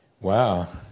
Wow